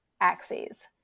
axes